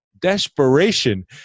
desperation